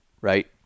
right